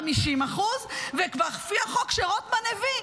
50% ולפי החוק שרוטמן הביא,